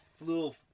little